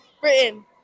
Britain